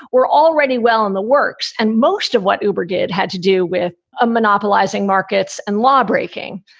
we're already well in the works. and most of what uber did had to do with a monopolising markets and lawbreaking.